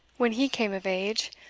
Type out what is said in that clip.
when he came of age,